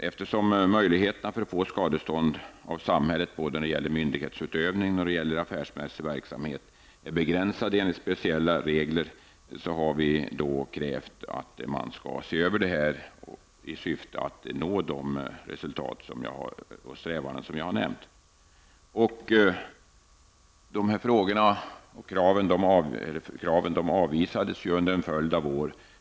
Eftersom möjligheterna att få skadestånd av samhället, både när det gäller myndighetsutövning och affärsmässig verksamhet, är begränsade enligt speciella regler, har vi krävt en översyn i syfte att nå de resultat och strävanden som jag har nämnt. Våra krav har avvisats under en följd av år.